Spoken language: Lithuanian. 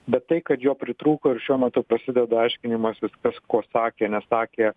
bet tai kad jo pritrūko ir šiuo metu prasideda aiškinimasis kas ko sakė nesakė